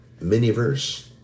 mini-verse